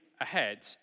ahead